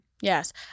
Yes